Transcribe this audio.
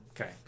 Okay